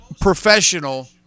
professional